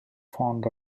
fond